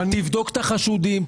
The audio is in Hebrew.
תבדוק את החשודים,